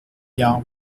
jahr